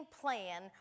plan